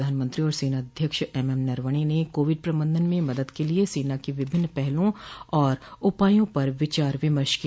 प्रधानमंत्री और सेनाध्यक्ष एमएमनरवणे ने कोविड प्रबंधन में मदद के लिए सेना की विभिन्न पहलों और उपायों पर विचार विमर्श किया